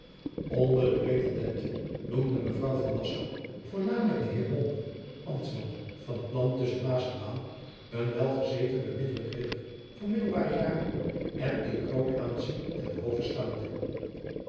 onder de pretendenten noemde mevrouw van nassau voornamelijk den heer mom ambtman van t land tusschen maas en jacob van lennep de pleegzoon waal een welgezeten bemiddeld ridder van middelbare jaren en in groot aanzien ten hove staande